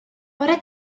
bore